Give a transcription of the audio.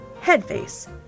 Headface